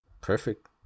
Perfect